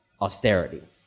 austerity